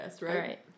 right